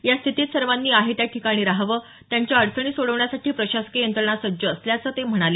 या स्थितीत सर्वांनी आहे त्या ठिकाणी राहावं त्यांच्या अडचणी सोडवण्यासाठी प्रशासकीय यंत्रणा सज्ज असल्याचं ते म्हणाले